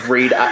Read